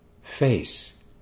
face